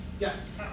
Yes